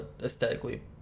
aesthetically